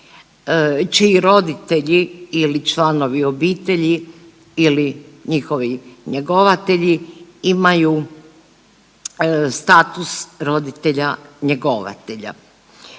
čiji roditelji ili članovi obitelji ili njihovi njegovatelji imaju status roditelja njegovatelja.